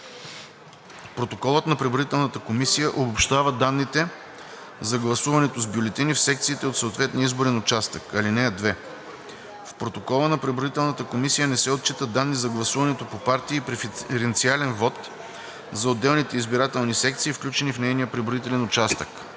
Протоколът на преброителната комисия обобщава данните за гласуването с бюлетини в секциите от съответния изборен участък. (2) В протокола на преброителната комисия не се отчитат данни за гласуването по партии и преференциален вот за отделните избирателни секции, включени в нейния преброителен участък.